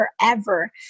forever